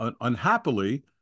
unhappily